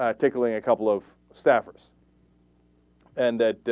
ah tickling a couple of staffers and that